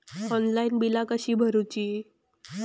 Online बिला कशी भरूची?